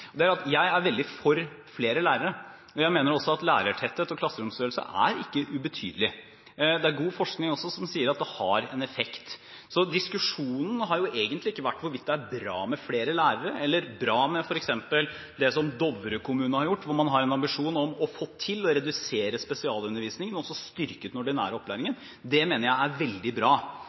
og det er at jeg er veldig for flere lærere. Jeg mener også at lærertetthet og klasseromstørrelse ikke er ubetydelig. Det er god forskning også som sier at det har en effekt. Diskusjonen har jo egentlig ikke vært hvorvidt det er bra med flere lærere eller bra med f.eks. det som Dovre kommune har gjort, hvor man har en ambisjon om å få til å redusere spesialundervisningen og så styrke den ordinære opplæringen. Det mener jeg er veldig bra.